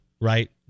right